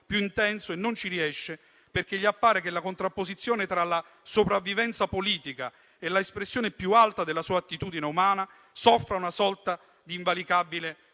più intenso e non ci riesce perché gli appare che la contrapposizione tra la sopravvivenza politica e la espressione più alta della sua attitudine umana soffra una sorta di invalicabile